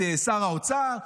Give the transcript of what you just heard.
את שר האוצר,